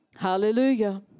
Hallelujah